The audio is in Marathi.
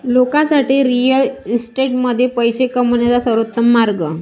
लोकांसाठी रिअल इस्टेटमध्ये पैसे कमवण्याचा सर्वोत्तम मार्ग